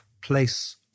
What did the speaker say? place